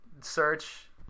Search